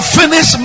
finish